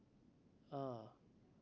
ah